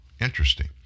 Interesting